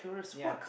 ya